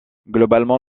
globalement